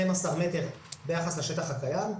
12 מטר ביחס לשטח הקיים.